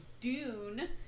Dune